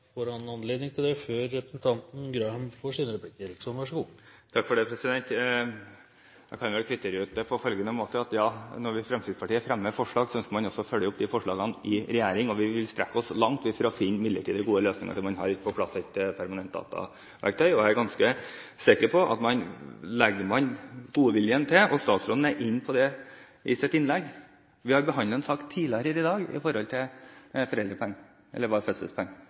Jeg kan vel kvittere ut på følgende måte: Ja, når vi i Fremskrittspartiet fremmer forslag, ønsker vi også å følge opp de forslagene i regjering. Vi vil strekke oss langt for å finne midlertidige, gode løsninger til man har på plass et permanent dataverktøy. Jeg er ganske sikker på at legger man godviljen til, finner man en løsning. Statsråden var inne på en sak om fødselspenger i sitt innlegg – der har man funnet en midlertidig løsning på det. Datasystemet er ikke på plass, der heller. Der klarer man det, men her